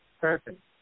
Perfect